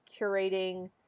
curating